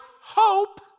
hope